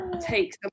take